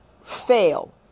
Fail